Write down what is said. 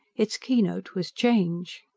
its keynote was change.